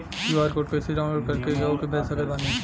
QR code कइसे download कर के केहु के भेज सकत बानी?